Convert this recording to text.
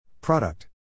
Product